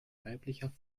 weiblicher